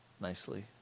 nicely